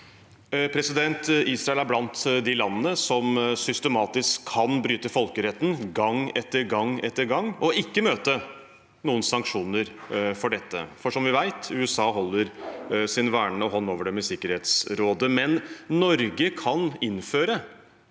Israel er blant de landene som systematisk kan bryte folkeretten gang etter gang etter gang og ikke møte noen sanksjoner for dette, fordi, som vi vet, USA holder sin vernende hånd over dem i Sikkerhetsrådet. Men Norge kan innføre